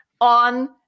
on